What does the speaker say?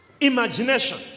imagination